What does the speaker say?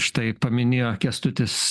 štai paminėjo kęstutis